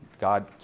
God